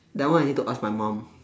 that one I need to ask my mum